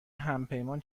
همپیمان